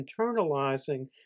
internalizing